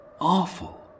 Awful